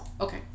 Okay